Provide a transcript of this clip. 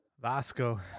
Vasco